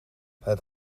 het